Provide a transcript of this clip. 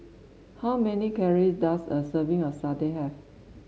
how many calories does a serving of satay have